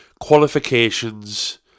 qualifications